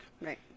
Right